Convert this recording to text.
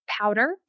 powder